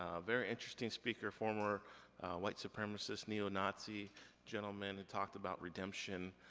ah very interesting speaker, former white supremacist, neo-nazi gentleman who talked about redemption,